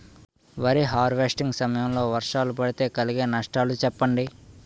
వరి హార్వెస్టింగ్ సమయం లో వర్షాలు పడితే కలిగే నష్టాలు చెప్పండి?